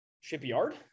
shipyard